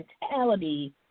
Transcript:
mentality